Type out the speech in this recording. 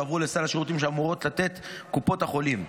יועברו לסל השירותים שאמורות לתת קופות החולים.